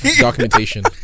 documentation